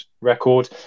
record